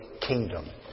kingdom